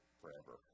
forever